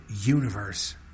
universe